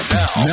now